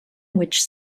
which